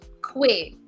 quick